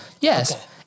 Yes